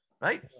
right